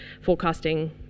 forecasting